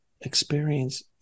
experience